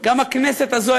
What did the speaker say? גם הכנסת הזאת,